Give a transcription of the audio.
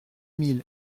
mille